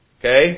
okay